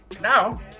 Now